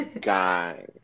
Guys